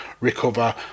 recover